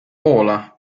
poola